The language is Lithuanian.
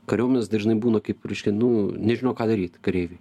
kariuomenės dažnai būna kaip reiškia nu nežino ką daryt kareiviai